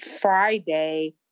Friday